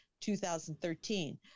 2013